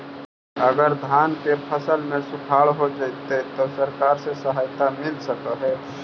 अगर धान के फ़सल में सुखाड़ होजितै त सरकार से सहायता मिल सके हे?